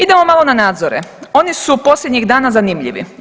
Idemo malo na nadzore, oni su posljednjih dana zanimljivi.